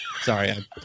Sorry